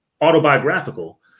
autobiographical